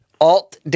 alt